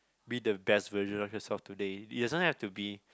be the best version of yourself today it doesn't have to be